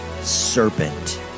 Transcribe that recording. serpent